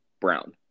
brown